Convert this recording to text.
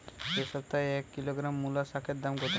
এ সপ্তাহে এক কিলোগ্রাম মুলো শাকের দাম কত?